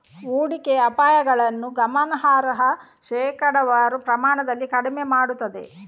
ಹೂಡಿಕೆ ಅಪಾಯಗಳನ್ನು ಗಮನಾರ್ಹ ಶೇಕಡಾವಾರು ಪ್ರಮಾಣದಲ್ಲಿ ಕಡಿಮೆ ಮಾಡುತ್ತದೆ